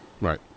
Right